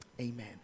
Amen